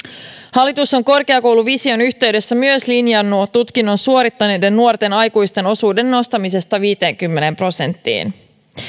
hallitus on korkeakouluvision yhteydessä myös linjannut tutkinnon suorittaneiden nuorten aikuisten osuuden nostamisesta viiteenkymmeneen prosenttiin